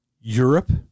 Europe